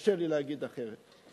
קשה לי להגיד אחרת.